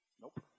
Nope